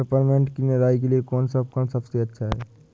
Peppermint की निराई के लिए कौन सा उपकरण सबसे अच्छा है?